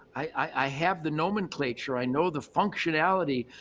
i have the nomenclature, i know the functionality.